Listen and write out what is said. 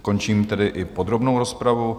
Končím tedy i podrobnou rozpravu.